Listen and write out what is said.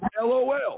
LOL